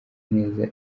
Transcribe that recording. neza